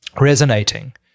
resonating